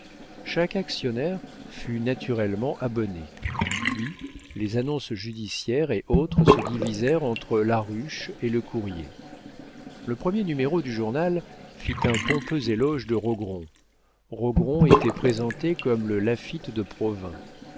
chaque actionnaire fut naturellement abonné puis les annonces judiciaires et autres se divisèrent entre la ruche et le courrier le premier numéro du journal fit un pompeux éloge de rogron rogron était présenté comme le laffitte de provins